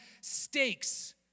stakes